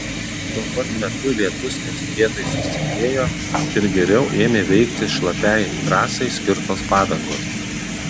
tuo pat metu lietus netikėtai sustiprėjo ir geriau ėmė veikti šlapiai trasai skirtos padangos